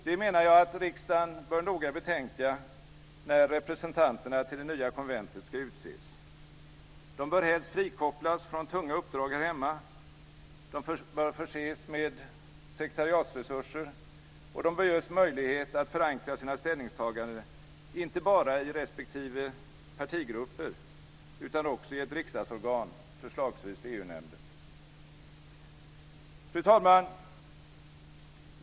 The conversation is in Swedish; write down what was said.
Det menar jag att riksdagen noga bör betänka när representanterna till det nya konventet ska utses. De bör helst frikopplas från tunga uppdrag här hemma, de bör förses med sekretariatsresurser och de bör ges möjlighet att förankra sina ställningstaganden inte bara i respektive partigrupper utan också i ett riksdagsorgan, förslagsvis EU-nämnden. Fru talman!